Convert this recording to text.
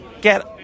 get